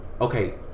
okay